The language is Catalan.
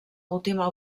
última